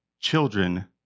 children